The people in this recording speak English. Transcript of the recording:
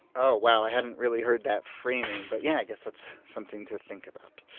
oh wow. i hadn't really heard that framing, but yeah, i guess that's something to think about.